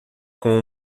com